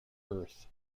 earth